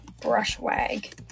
Brushwag